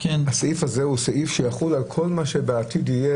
האם הסעיף הזה הוא סעיף שיחול על כל מה שיהיה בעתיד?